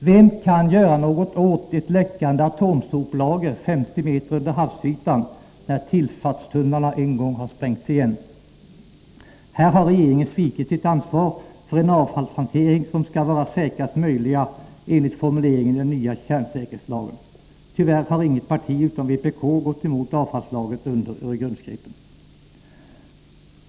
Vem kan göra något åt ett läckande atomsoplager 50 meter under havsytan när tillfartstunnlarna har sprängts igen? Här har regeringen svikit sitt ansvar för en avfallshantering som skall vara säkraste möjliga enligt formuleringen i den nya kärnsäkerhets lagen. Tyvärr har inget parti utom vpk gått emot avfallslagret under Öregrundsgrepen.